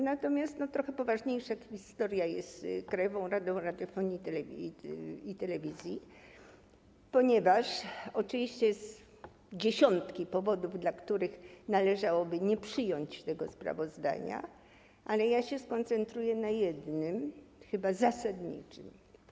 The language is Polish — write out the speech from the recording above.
Natomiast trochę poważniejsza historia jest z Krajową Radą Radiofonii i Telewizji, ponieważ, oczywiście są dziesiątki powodów, dla których należałoby nie przyjąć tego sprawozdania, ale skoncentruję się na jednym, chyba zasadniczym.